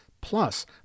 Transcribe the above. Plus